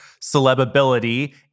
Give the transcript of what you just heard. Celebability